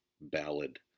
ballad